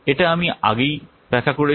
এটা আমি আগেই ব্যাখ্যা করেছি